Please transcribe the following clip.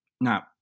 Now